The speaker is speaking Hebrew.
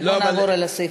רק אם נעבור על הסעיפים.